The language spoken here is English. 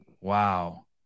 Wow